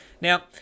Now